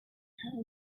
her